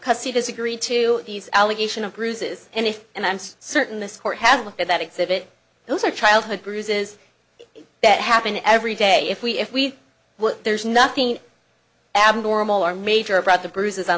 has agreed to these allegation of bruises and if and i'm certain this court has looked at that exhibit those are childhood bruises that happen every day if we if we there's nothing abnormal or major about the bruises on